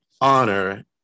honor